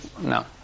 no